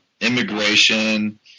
immigration